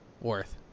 Worth